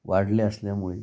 वाढले असल्यामुळे